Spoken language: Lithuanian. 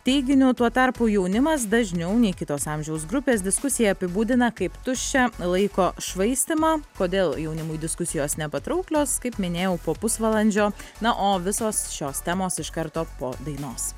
teiginiu tuo tarpu jaunimas dažniau nei kitos amžiaus grupės diskusiją apibūdina kaip tuščią laiko švaistymą kodėl jaunimui diskusijos nepatrauklios kaip minėjau po pusvalandžio na o visos šios temos iš karto po dainos